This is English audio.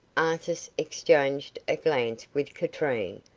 artis exchanged a glance with katrine,